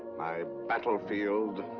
my battlefield,